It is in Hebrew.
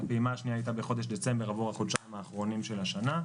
הפעימה השנייה הייתה בחודש דצמבר עבור החודשיים האחרונים של השנה.